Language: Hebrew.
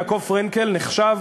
יעקב פרנקל נחשב,